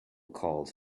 calls